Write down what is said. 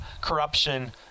corruption